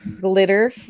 glitter